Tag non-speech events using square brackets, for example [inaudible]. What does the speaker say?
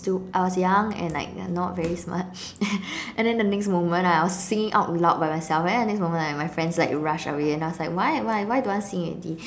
stu~ I was young and like not very smart [laughs] and then the next moment I was singing out loud by myself and then the next moment like my friends like rushed away and I was like why why why don't want to sing already